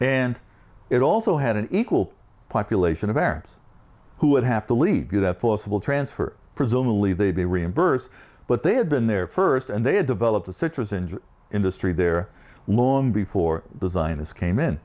and it also had an equal population of parents who would have to leave you that forcible transfer presumably they'd be reimbursed but they had been there first and they had developed a situation in industry there long before design is came in